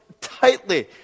tightly